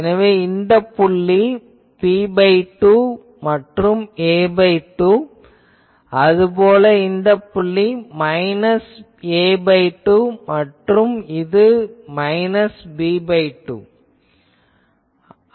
எனவே இந்த புள்ளி b2 மற்றும் a2 அது போல இந்த புள்ளி -a2 மற்றும் இது -b2